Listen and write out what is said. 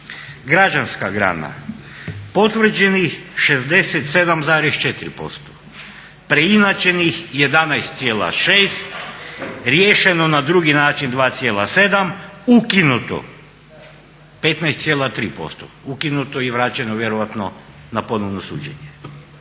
Građanska grana potvrđenih 67,4%, preinačenih 11,6, riješeno na drugi način 2,7, ukinuto 15,3%. Ukinuto i vraćeno vjerojatno na ponovno suđenje.